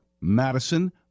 Madison